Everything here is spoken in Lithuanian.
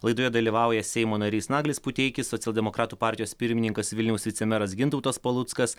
laidoje dalyvauja seimo narys naglis puteikis socialdemokratų partijos pirmininkas vilniaus vicemeras gintautas paluckas